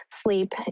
sleep